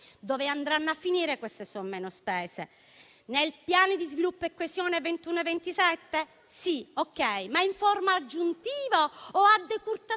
Dove andranno a finire queste somme non spese? Nel piano di sviluppo e coesione 2021-2027? D'accordo, ma in forma aggiuntiva o a decurtazione